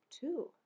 Two